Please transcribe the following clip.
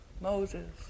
Moses